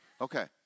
Okay